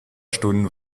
stunden